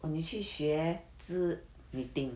orh 你去学织 knitting